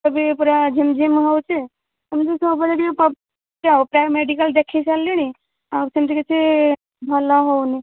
ସବୁ ପୁରା ଝିମ୍ଝିମ୍ ହେଉଛି ଏମିତି ସବୁବେଳେ ଟିକିଏ ପ୍ରୋବ୍ଲେମ୍ ହେଉଛି ପ୍ରାୟ ମେଡ଼ିକାଲ୍ ଦେଖେଇ ସାରିଲିଣି ଆଉ ସେମିତି କିଛି ଭଲ ହେଉନି